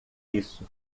isso